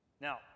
now